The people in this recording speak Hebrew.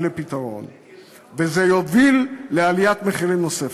לפתרון וזה יוביל לעליית מחירים נוספת.